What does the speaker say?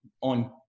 on